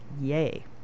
yay